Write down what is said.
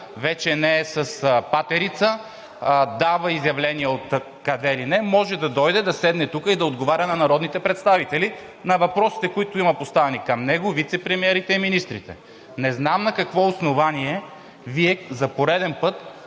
вече не е с патерица, дава изявления откъде ли не, може да дойде, да седне тук и да отговаря на народните представители – на въпросите, поставени към него, вицепремиерите и министрите. Не знам на какво основание Вие за пореден път